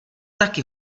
taky